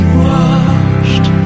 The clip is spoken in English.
washed